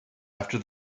after